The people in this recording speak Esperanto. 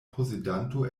posedanto